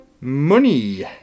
money